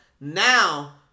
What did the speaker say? Now